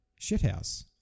Shithouse